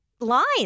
lines